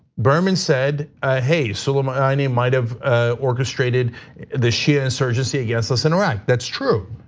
berman said, ah hey, soleimani might have orchestrated the shia insurgency against us in iraq. that's true.